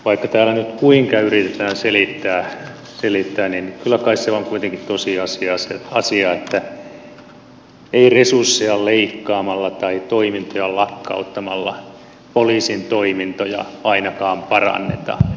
vaikka täällä nyt kuinka yritetään selittää niin kyllä kai se on kuitenkin tosiasia että ei resursseja leikkaamalla tai toimintoja lakkauttamalla poliisin toimintoja ainakaan paranneta